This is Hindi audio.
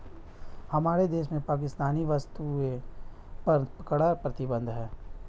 हमारे देश में पाकिस्तानी वस्तुएं पर कड़ा प्रतिबंध हैं